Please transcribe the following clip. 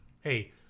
hey